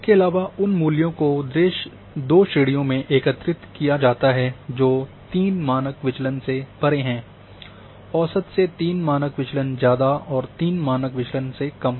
इसके अलावा उन मूल्यों को दो श्रेणियों में एकत्रित किया जाता है जो तीन मानक विचलन से परे हैं औसत से तीन मानक विचलन ज़्यादा और तीन मानक विचलन से कम